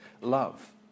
love